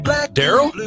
Daryl